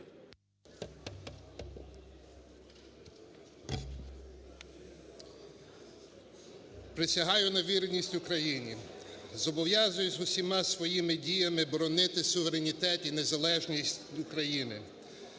Присягаю на вірність Україні. Зобов'язуюсь усіма своїми діями боронити суверенітет і незалежність України,